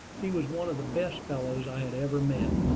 he was one of the best fellows i had ever met,